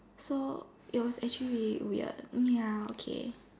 so it was actually really weird ya okay